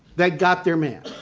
they got their man,